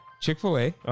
Chick-fil-A